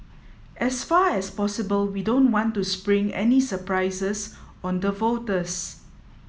as far as possible we don't want to spring any surprises on the voters